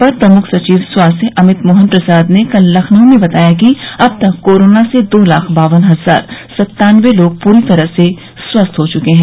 अपर प्रमुख सचिव स्वास्थ्य अमित मोहन प्रसाद ने कल लखनऊ में बताया कि अब तक कोरोना से दो लाख बावन हजार सत्तानबे लोग प्री तरह से स्वस्थ हो गये हैं